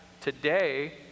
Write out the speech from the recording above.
today